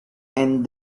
end